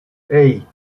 hey